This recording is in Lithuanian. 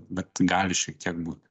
bet gali šiek tiek būt